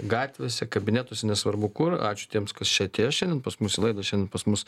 gatvėse kabinetuose nesvarbu kur ačiū tiems kas čia atėjo šiandien pas mus į laidą šian pas mus